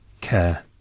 care